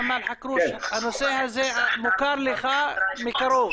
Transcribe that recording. חכרוש, הנושא הזה מוכר לך מקרוב.